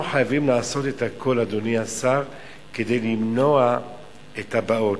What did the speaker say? אנחנו חייבים לעשות את הכול כדי למנוע את הבאות.